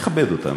תכבד אותם,